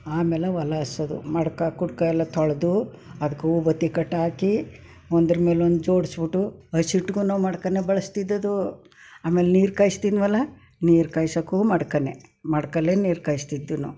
ಆಮೇಲೆ ಒಲೆ ಹಚ್ಸೋದು ಮಡ್ಕೆ ಕುಡುಕ ಎಲ್ಲ ತೊಳೆದು ಅದಕ್ಕೆ ಹೂ ಬತ್ತಿ ಕಟ್ಟಾಕಿ ಒಂದ್ರ ಮೇಲೊಂದು ಜೋಡಿಸ್ಬಿಟ್ಟು ಹಸಿಟ್ಗೂ ನಾವು ಮಡ್ಕೆನ ಬಳಸ್ತಿದ್ದದ್ದು ಆಮೇಲೆ ನೀರು ಕಾಯಿಸ್ತಿದ್ವಲ್ಲ ನೀರು ಕಾಯ್ಸೋಕ್ಕೂ ಮಡಿಕೆನೇ ಮಡಿಕೆಲೇ ನೀರು ಕಾಯಿಸ್ತಿದ್ದೀವಿ ನಾವು